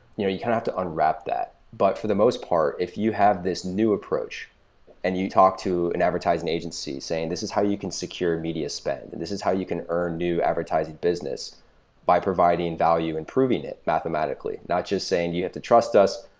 you know you kind of have to unwrap that. but for the most part, if you have this new approach and you talk to an advertising agency saying, this is how you can secure media spend, and this is how you can earn new advertising business by providing value and proving it mathematically. not just saying, you have to trust us.